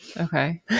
Okay